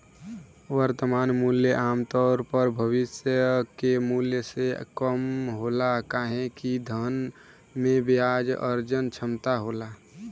वर्तमान मूल्य आमतौर पर भविष्य के मूल्य से कम होला काहे कि धन में ब्याज अर्जन क्षमता होला